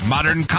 Modern